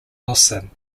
wilson